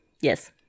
yes